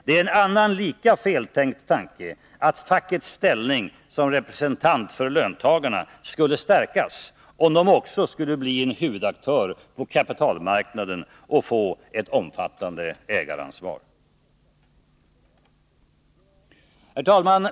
Det är en annan lika feltänkt tanke att fackets ställning, som representant för löntagarna, skulle stärkas om de också skulle bli en huvudaktör på kapitalmarknaden och få ett omfattande ägaransvar. Herr talman!